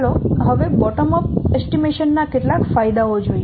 ચાલો હવે bottom up અંદાજ ના કેટલાક ફાયદાઓ જોઈએ